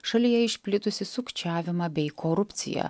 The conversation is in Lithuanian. šalyje išplitusi sukčiavimą bei korupciją